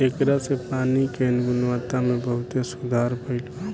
ऐकरा से पानी के गुणवत्ता में बहुते सुधार भईल बा